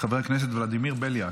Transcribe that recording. חבר הכנסת ולדימיר בליאק,